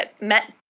met